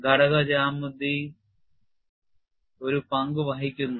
ഘടക ജ്യാമിതിയും ഒരു പങ്കു വഹിക്കുന്നു